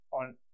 on